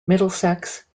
middlesex